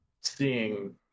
seeing